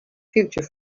future